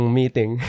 meeting